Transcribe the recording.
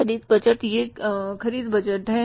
ख़रीद बजट यह ख़रीद बजट है